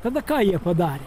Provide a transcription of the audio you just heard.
tada ką jie padarė